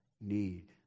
need